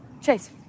chase